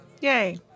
Yay